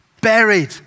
buried